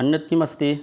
अन्यत् किम् अस्ति